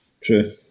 True